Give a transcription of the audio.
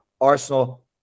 Arsenal